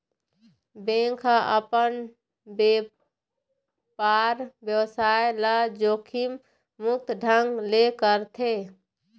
bank ह अपन बेपार बेवसाय ल जोखिम मुक्त ढंग ले करथे